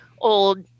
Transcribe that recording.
old